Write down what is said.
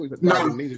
No